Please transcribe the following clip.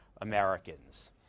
Americans